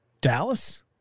Dallas